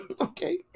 Okay